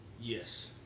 Yes